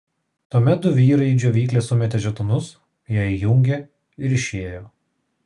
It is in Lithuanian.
tuomet du vyrai į džiovyklę sumetė žetonus ją įjungė ir išėjo